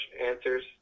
answers